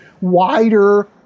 wider